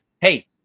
hey